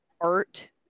art